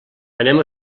anem